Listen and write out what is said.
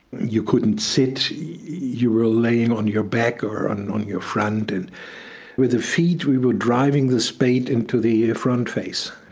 you couldn't sit. you were laying on your back or on on your front and with the feet we were driving the spade into the front face.